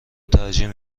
ترجیح